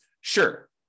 Sure